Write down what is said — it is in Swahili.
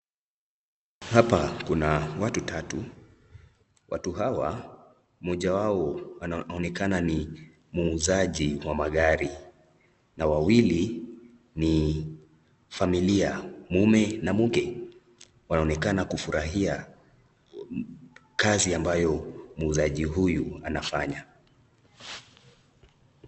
Hapa kuna watu tatu ,watu hao mmoja wao anaonekana ni muuzaji wa magari na wawili ni familia ,mume na mke . Wanaonekana kufurahia kazi ambayo muuzaji huyu anafanya.